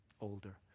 older